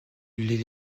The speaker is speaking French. les